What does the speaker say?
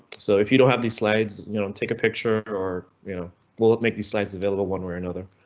so if you don't have these slides, you know take a picture or you know will it make these slides available one way or another?